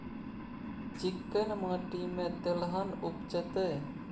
चिक्कैन माटी में तेलहन उपजतै?